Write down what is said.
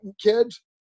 kids